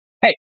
Hey